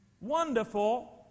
wonderful